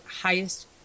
highest